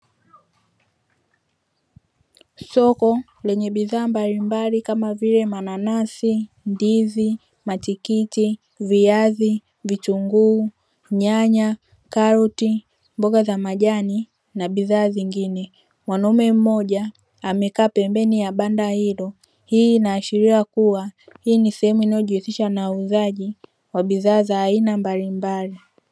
Soko lenye bidhaa mbalimbali kama vile: mananasi, ndizi, matikiti, viazi, vitunguu, nyanya, karoti, mboga za majani na bidhaa zingine. Mwanamume mmoja amekaa pembeni ya banda hilo; hii inaashiria kuwa hii ni sehemu inayojihusisha na uuzaji wa bidhaa za aina mbalimbali.